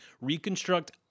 reconstruct